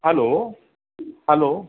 hello hello